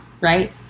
right